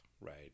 right